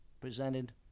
presented